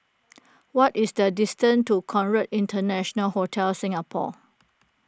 what is the distance to Conrad International Hotel Singapore